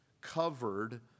covered